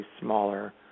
smaller